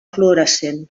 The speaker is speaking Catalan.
fluorescent